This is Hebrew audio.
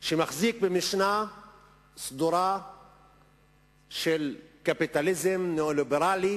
שמחזיק במשנה סדורה של קפיטליזם ניאו-ליברלי.